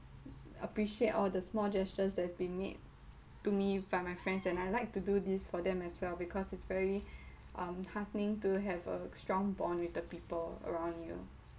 appreciate all the small gestures that have been made to me by my friends and I like to do this for them as well because it's very um heartening to have a strong bond with the people around you